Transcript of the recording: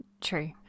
true